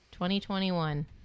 2021